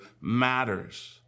matters